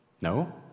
No